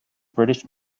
british